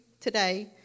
today